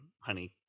honey